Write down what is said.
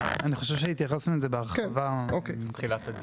אני חושב שהתייחסנו לזה בהרחבה בתחילת הדיון.